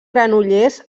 granollers